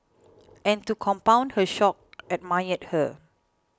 and to compound her shock admired her